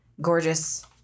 gorgeous